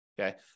okay